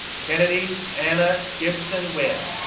kennedy anna gibson-wynn,